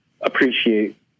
appreciate